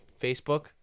Facebook